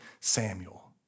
Samuel